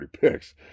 picks